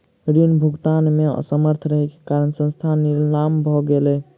ऋण भुगतान में असमर्थ रहै के कारण संस्थान नीलाम भ गेलै